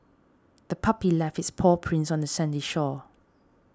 the puppy left its paw prints on the sandy shore